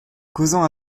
causant